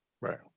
right